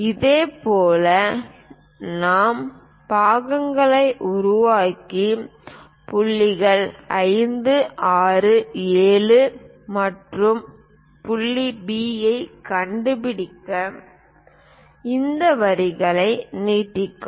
அதேபோல் சம பாகங்களை உருவாக்கி புள்ளிகள் 5 6 7 மற்றும் புள்ளி B ஐக் கண்டுபிடிக்க இந்த வரிகளை நீட்டவும்